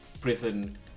prison